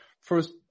first